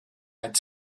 had